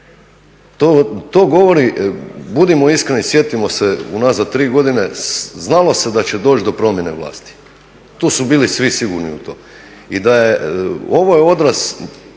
To govori, budimo iskreni i sjetimo se unazad tri godine, znalo se da će doći do promjene vlasti. To su bili svi sigurni u to. I da je ovo odraz